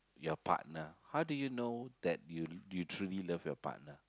your partner how do you know that you you truly love your partner